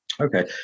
Okay